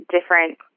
different